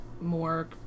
more